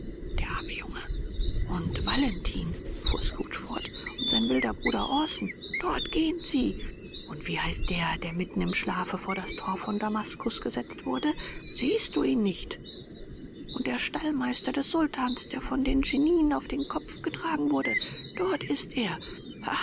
der arme junge und valentin fuhr scrooge fort und sein wilder bruder orson dort gehen sie und wie heißt der der mitten im schlafe vor das thor von damaskus gesetzt wurde siehst du ihn nicht und der stallmeister des sultans der von den genien auf den kopf gestellt wurde dort ist er